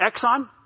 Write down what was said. Exxon